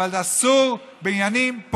את הצורך להגן עליה,